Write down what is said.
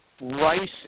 Rice